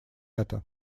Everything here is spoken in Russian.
это